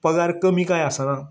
पगार कमी काय आसाना